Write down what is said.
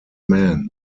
man